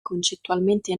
concettualmente